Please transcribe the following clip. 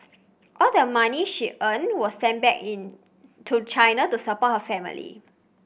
all the money she earned was sent back in to China to support her family